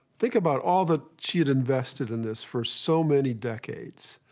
think about all that she had invested in this for so many decades,